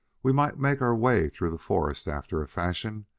we might make our way through the forest after a fashion,